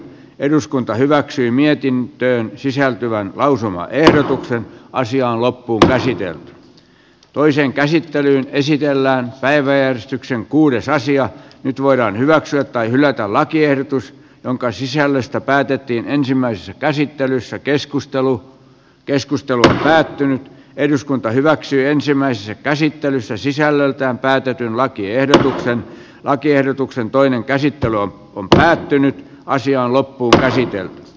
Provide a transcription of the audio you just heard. eduskunta hyväksyi mietintöön sisältyvän lausumaehdotuksen asian loppuun saisi vielä toisen käsittelyn esityöllään päiväjärjestyksen kuudessa asia nyt voidaan hyväksyä tai hylätä lakiehdotus jonka sisällöstä päätettiin ensimmäisessä käsittelyssä keskustelu keskustelu päättyy eduskunta hyväksyi ensimmäisessä käsittelyssä sisällöltään päätetyn lakiehdotuksen lakiehdotuksen toinen käsittely on päättynyt ja asia on loppuunkäsitelty